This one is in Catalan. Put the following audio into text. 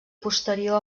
posterior